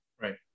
Right